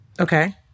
Okay